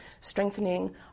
strengthening